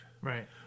Right